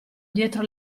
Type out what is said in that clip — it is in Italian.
dietro